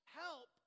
help